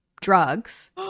drugs